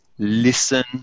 Listen